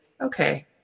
okay